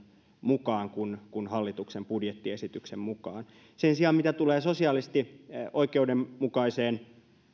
mukaan kuin hallituksen budjettiesityksen mukaan sen sijaan mitä tulee sosiaalisesti oikeudenmukaiseen